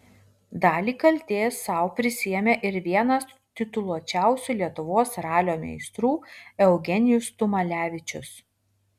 dalį kaltės sau prisiėmė ir vienas tituluočiausių lietuvos ralio meistrų eugenijus tumalevičius